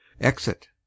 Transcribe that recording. Exit